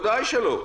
בוודאי שלא.